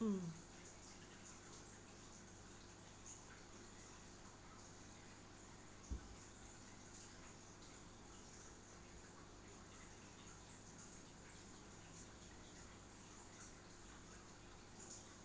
mm